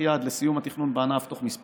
יעד לסיום התכנון בענף תוך כמה שנים.